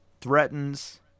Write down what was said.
threatens